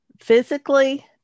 physically